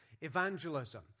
evangelism